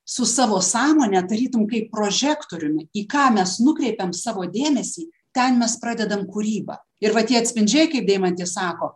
su savo sąmone tarytum kaip prožektoriumi į ką mes nukreipiam savo dėmesį ten mes pradedam kūrybą ir va tie atspindžiai kaip deimantė sako